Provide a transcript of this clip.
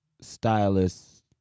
stylists